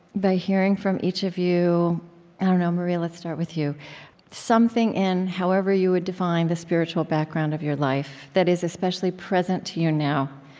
by hearing from each of you i don't know. maria, let's start with you something in however you would define the spiritual background of your life that is especially present to you now,